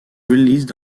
released